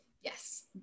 yes